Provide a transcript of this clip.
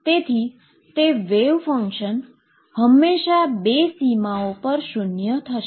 તેથી તે wave function હંમેશાં બે સીમાઓ પર શુન્ય થશે